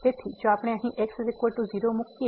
તેથી જો આપણે અહીં x 0 મૂકીએ